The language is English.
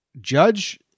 judge